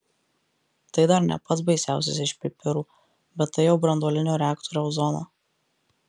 tai dar ne pats baisiausias iš pipirų bet tai jau branduolinio reaktoriaus zona